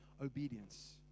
obedience